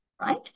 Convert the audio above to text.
right